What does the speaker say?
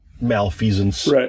malfeasance